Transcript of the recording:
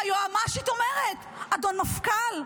והיועמ"שית אומרת: אדון מפכ"ל,